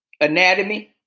anatomy